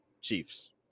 Chiefs